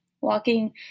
Walking